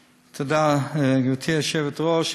תודה, גברתי היושבת-ראש.